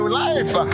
life